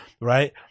right